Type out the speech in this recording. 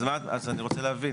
לא, אז אני רוצה להבין.